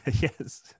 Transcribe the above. Yes